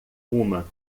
uma